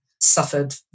suffered